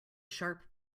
sharp